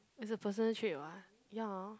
is a personal trait [what] ya